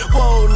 Whoa